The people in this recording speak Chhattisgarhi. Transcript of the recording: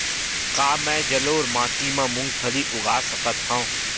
का मैं जलोढ़ माटी म मूंगफली उगा सकत हंव?